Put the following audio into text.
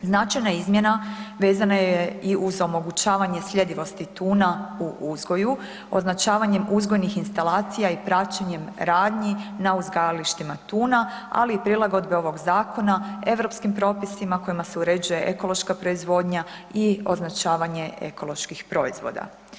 Značajne izmjena vezana je i uz omogućavanje sljedivosti tuna u uzgoju, označavanje uzgojnih instalacija i praćenje radnji na uzgajalištima tuna, ali i prilagodbe ovoga zakona europskim propisima kojima se uređuje ekološka proizvodnja i označavanje ekoloških proizvoda.